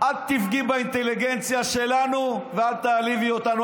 אל תפגעי באינטליגנציה שלנו ואל תעליבי אותנו.